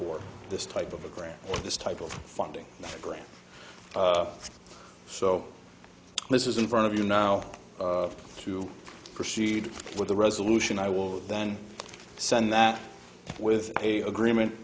for this type of a grant this type of funding grant so this is in front of you now to proceed with a resolution i will then send that with a agreement